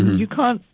you can't,